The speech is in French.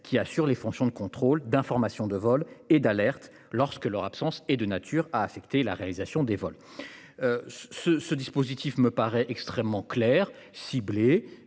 qui assurent les fonctions de contrôle, d'information de vol et d'alerte, lorsque leur absence est de nature à empêcher des vols. Ce dispositif me paraît clair, ciblé,